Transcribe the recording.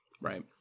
right